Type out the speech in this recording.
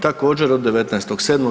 Također od 19.7.